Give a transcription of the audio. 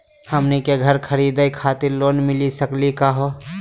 हमनी के घर खरीदै खातिर लोन मिली सकली का हो?